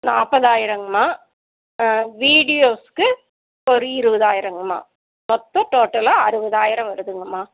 நாற்பதாயிரங்கம்மா வீடியோஸுக்கு ஒரு இருபதாயிரங்கம்மா மொத்தம் டோட்டலாக அறுபதாயிரம் வருதுங்கம்மா